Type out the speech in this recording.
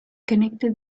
connected